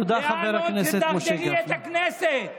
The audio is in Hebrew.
תודה, חבר הכנסת משה גפני.